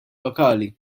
lokali